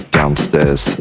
downstairs